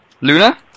Luna